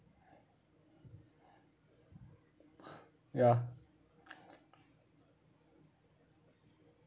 ya